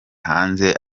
hanze